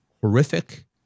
horrific